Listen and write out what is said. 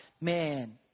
man